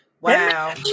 Wow